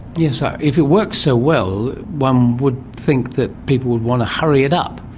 yes, ah if it works so well, one would think that people would want to hurry it up.